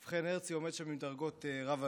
ובכן, הרצי עומד שם עם דרגות רב-אלוף.